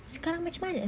sekarang macam mana